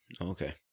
Okay